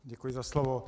Děkuji za slovo.